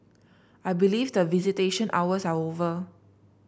I believe that visitation hours are over